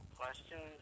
question